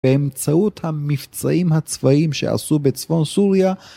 באמצעות המבצעים הצבאיים שעשו בצפון סוריה